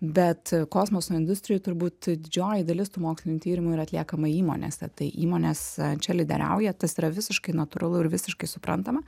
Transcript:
bet kosmoso industrijoj turbūt didžioji dalis tų mokslinių tyrimų yra atliekama įmonėse tai įmonės čia lyderiauja tas yra visiškai natūralu ir visiškai suprantama